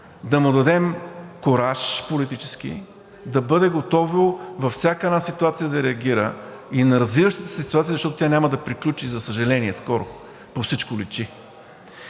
да му дадем политически кураж да бъде готово във всяка една ситуация да реагира, и на развиващи се ситуации, защото тя няма да приключи, за съжаление, скоро, по всичко личи.